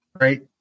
right